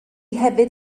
hefyd